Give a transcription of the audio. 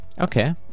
Okay